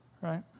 Right